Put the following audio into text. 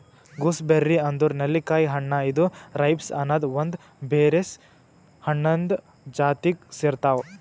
gooseberry ಅಂದುರ್ ನೆಲ್ಲಿಕಾಯಿ ಹಣ್ಣ ಇದು ರೈಬ್ಸ್ ಅನದ್ ಒಂದ್ ಬೆರೀಸ್ ಹಣ್ಣಿಂದ್ ಜಾತಿಗ್ ಸೇರ್ತಾವ್